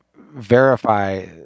verify